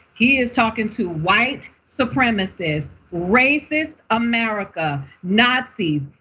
he is talking to white supremacist, racist america, nazis.